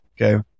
okay